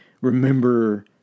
remember